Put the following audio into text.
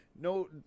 no